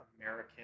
American